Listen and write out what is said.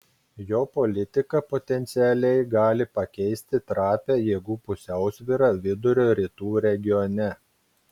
jo politika potencialiai gali pakeisti trapią jėgų pusiausvyrą vidurio rytų regione